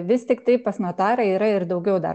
vis tiktai pas notarą yra ir daugiau dar